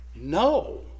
No